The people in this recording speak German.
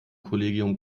kollegium